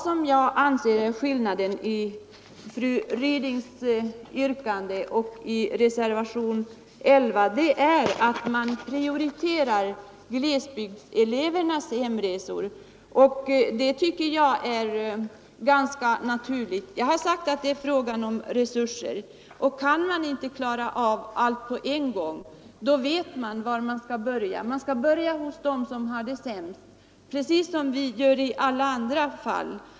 Skillnaden mellan fru Rydings yrkande och yrkandet i reservationen 11 är att man prioriterar glesbygdselevernas hemresor. Jag tycker att detta är ganska naturligt. Jag har sagt att det är en fråga om resurser. Kan man inte klara av allt på en gång, då vet man var man skall börja. Man bör börja hos dem som har det sämst, precis som vi gör i alla andra fall.